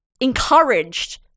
encouraged